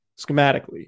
schematically